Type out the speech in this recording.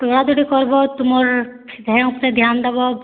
ଦଉଡ଼ା ଦଉଡ଼ି କର୍ବ ତୁମର୍ ଦେହ୍ ଉପରେ ଧ୍ୟାନ୍ ଦେବ